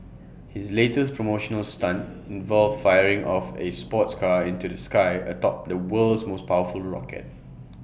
his latest promotional stunt involved firing off A sports car into the sky atop the world's most powerful rocket